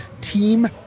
team